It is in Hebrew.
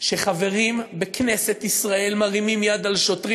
שחברים בכנסת ישראל מרימים יד על שוטרים.